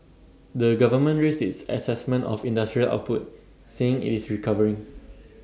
the government raised its Assessment of industrial output saying IT is recovering